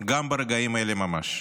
גם ברגעים אלה ממש.